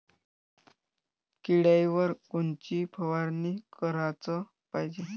किड्याइवर कोनची फवारनी कराच पायजे?